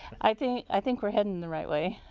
i think i think we are heading the right way.